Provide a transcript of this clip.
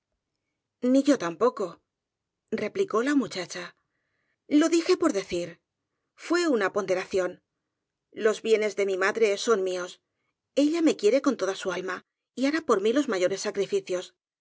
ni yo tampoco replicó la muchacha lo dije por decir fué una ponderación los bienes de mi madre son míos ella me quiere con toda su alma y hará por mí los mayores sacrificios